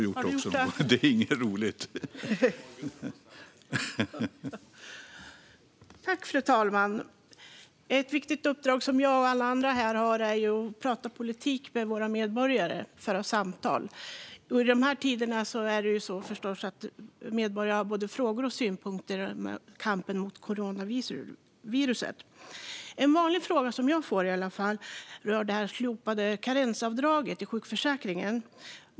Fru talman! Ett viktigt uppdrag som jag och alla andra här har är att tala politik med våra medborgare - att föra samtal. I dessa tider har medborgare förstås både frågor och synpunkter när det gäller kampen mot coronaviruset. En vanlig fråga som jag får rör det slopade karensavdraget i sjukförsäkringen.